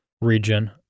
region